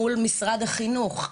כי כרגע,